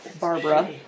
Barbara